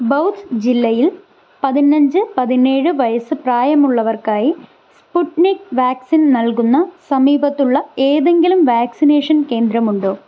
ബൗധ് ജില്ലയിൽ പതിനഞ്ച് പതിനേഴ് വയസ്സ് പ്രായമുള്ളവർക്കായി സ്പുട്നിക് വാക്സിൻ നൽകുന്ന സമീപത്തുള്ള ഏതെങ്കിലും വാക്സിനേഷൻ കേന്ദ്രമുണ്ടോ